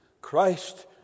Christ